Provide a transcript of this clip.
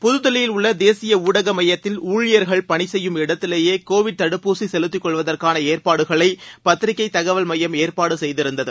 புத்தில்லியில் உள்ள தேசிய ஊடக மையத்தில் ஊழியர்கள் பணி செய்யும் இடத்திலேயே கோவிட் தடுப்பூசி செலுத்திக்கொள்வதற்கான ஏற்பாடுகளை பத்திரிக்கை தகவல் மையம் ஏற்பாடு செய்திருந்தது